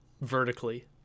vertically